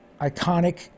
iconic